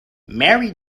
mary